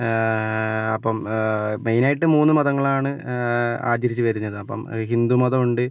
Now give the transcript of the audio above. അപ്പം മെയിനായിട്ട് മൂന്ന് മതങ്ങളാണ് ആചരിച്ച് വരുന്നത് അപ്പം ഹിന്ദു മതമുണ്ട്